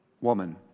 woman